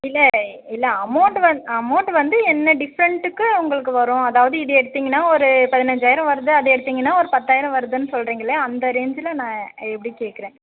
இல்லை இல்லை அமௌன்ட்டு வந்து அமௌன்ட்டு வந்து என்ன டிஃப்ரெண்ட்டுக்கு உங்களுக்கு வரும் அதாவது இது எடுத்திங்கனா ஒரு பதினஞ்சாயிரம் வருது அது எடுத்திங்கனா அது பத்தாயிரம் வருதுன்னு சொல்றிங்கல்லே அந்த ரேஞ்சில் நான் எப்படி கேட்கறேன்